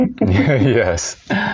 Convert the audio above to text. Yes